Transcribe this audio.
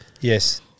Yes